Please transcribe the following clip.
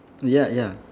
ya ya